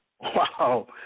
Wow